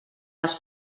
les